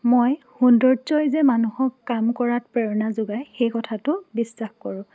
মই সৌন্দৰ্যই যে মানুহক কাম কৰাত প্ৰেৰণা যোগায় সেই কথাটো বিশ্বাস কৰোঁ